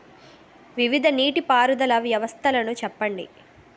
వివిధ నీటి పారుదల వ్యవస్థలను చెప్పండి?